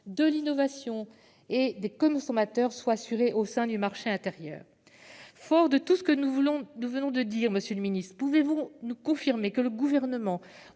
de l'innovation et des consommateurs soient assurés au sein du marché intérieur. Fort de ce que nous venons de dire, monsieur le secrétaire d'État, pouvez-vous nous confirmer que le Gouvernement